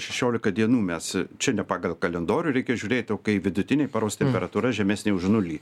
šešiolika dienų mes čia ne pagal kalendorių reikia žiūrėt o kai vidutinė paros temperatūra žemesnė už nulį